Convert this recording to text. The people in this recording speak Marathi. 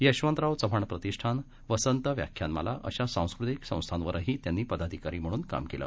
यशवंतराव चव्हाण प्रतिष्ठान वसंत व्याख्यानमाला अशा सांस्कृतिक संस्थावरही त्यांनी पदाधिकारी म्हणून काम केलं